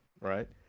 right